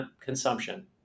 consumption